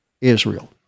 Israel